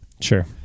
Sure